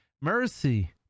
Mercy